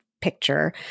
picture